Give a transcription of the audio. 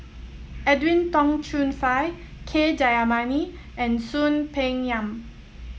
Edwin Tong Chun Fai K Jayamani and Soon Peng Yam